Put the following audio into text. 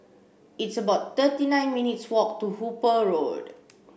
it's about thirty nine minutes' walk to Hooper Road